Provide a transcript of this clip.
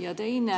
Ja teine,